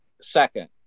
Second